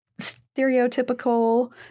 stereotypical